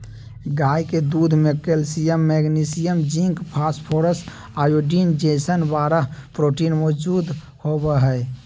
गाय के दूध में calcium, magnesium, zinc, phosphorus, iodine जैसन बारह प्रोटीन मौजूद होबा हइ